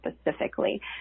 specifically